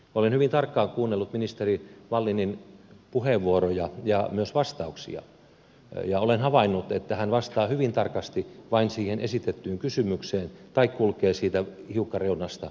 olen hyvin tarkkaan kuunnellut ministeri wallinin puheenvuoroja ja myös vastauksia ja olen havainnut että hän vastaa hyvin tarkasti vain esitettyyn kysymykseen tai kulkee hiukka reunasta läpi